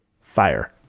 Fire